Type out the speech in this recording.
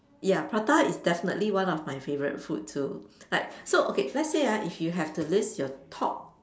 ya prata is definitely one of my favourite food too like so okay let's say ah if you have to list your top